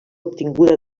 obtinguda